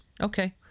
Okay